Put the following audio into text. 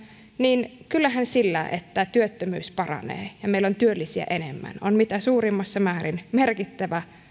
niin kyllähän sillä että työttömyys paranee ja meillä on työllisiä enemmän on mitä suurimmassa määrin merkittävä